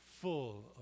full